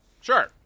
sure